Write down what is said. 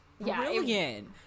brilliant